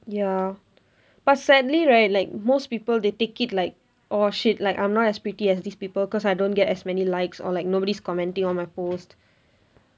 ya but sadly right like most people they take it like oh shit I'm not as pretty as these people cause I don't get as many likes or like nobody is commenting on my post